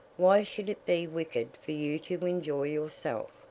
why should it be wicked for you to enjoy yourself?